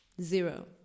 zero